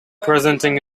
presenting